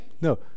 No